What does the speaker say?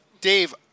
Dave